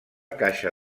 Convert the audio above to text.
caixa